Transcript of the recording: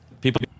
People